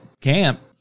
camp